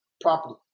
property